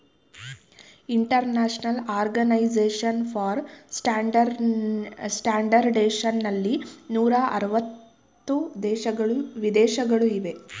international organisation for standardisation ನಲ್ಲಿ ನೂರ ಅರವತ್ತು ವಿದೇಶಗಳು ಇವೆ